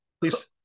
Please